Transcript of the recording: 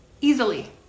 easily